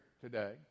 today